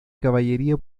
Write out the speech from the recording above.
caballería